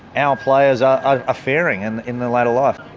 our players are ah faring and in their later life.